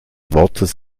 wortes